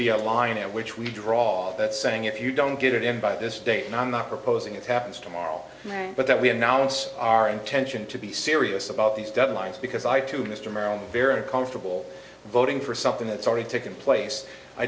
be a line at which we draw that saying if you don't get it in by this date and i'm not proposing it happens tomorrow but that we have now it's our intention to be serious about these deadlines because i to mr merrill very comfortable voting for something that's already taken place i